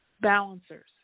balancers